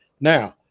Now